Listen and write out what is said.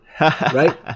right